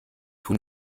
tun